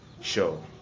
show